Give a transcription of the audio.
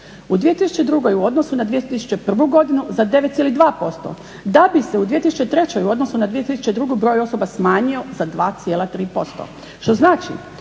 U 2002. u odnosu na 2001. godinu za 9,2% da bi se u 2003. u odnosu 2002. broj osoba smanjio za 2,3% što znači